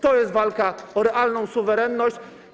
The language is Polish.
To jest walka o realną suwerenność.